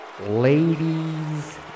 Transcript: Ladies